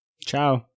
Ciao